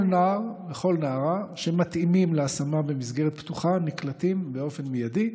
כל נער וכל נערה שמתאימים להשמה במסגרת פתוחה נקלטים באופן מיידי.